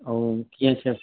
ऐं कीअं छा